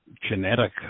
genetic